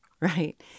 right